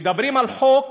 מדברים על חוק